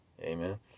Amen